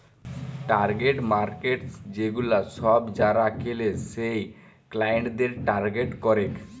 target markets সেগুলা সব যারা কেলে সেই ক্লায়েন্টদের টার্গেট করেক